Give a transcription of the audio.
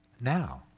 now